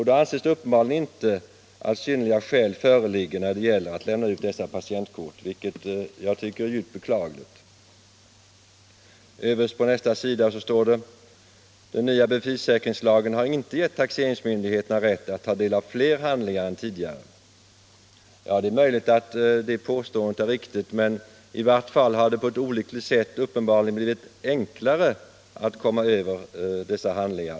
Då anses uppenbarligen inte synnerliga skäl föreligga, vilket Jag tycker är djupt beklagligt. Vidare heter det i statsrådets svar: ”Den nya bevissäkringslagen har inte gett taxeringsmyndigheterna rätt att ta del av fler handlingar än tidigare.” Det är möjligt att det påståendet är riktigt, men det har i varje fall uppenbarligen på ett ohyggligt sätt blivit enklare än tidigare att komma Över dessa handlingar.